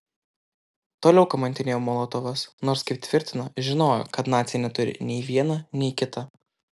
toliau kamantinėjo molotovas nors kaip tvirtina žinojo kad naciai neturi nei viena nei kita